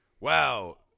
wow